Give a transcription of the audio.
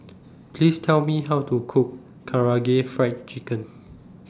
Please Tell Me How to Cook Karaage Fried Chicken